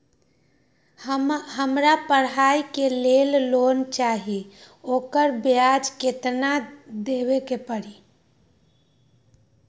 हमरा पढ़ाई के लेल लोन चाहि, ओकर ब्याज केतना दबे के परी?